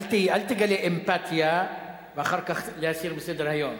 אל תגלה אמפתיה ואחר כך, להסיר מסדר-היום.